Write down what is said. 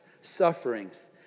sufferings